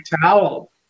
towel